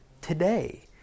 today